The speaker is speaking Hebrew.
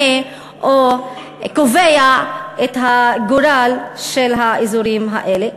או קובע את הגורל של האזורים האלה.